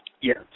yes